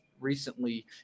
recently